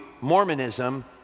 Mormonism